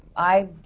i,